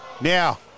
Now